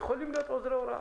יכולים להיות עוזרי הוראה.